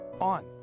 on